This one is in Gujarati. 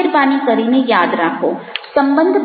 મહેરબાની કરીને યાદ રાખો સંબંધ